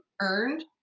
earned